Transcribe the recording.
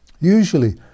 Usually